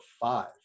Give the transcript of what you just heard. five